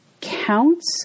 counts